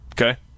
Okay